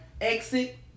exit